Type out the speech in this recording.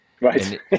Right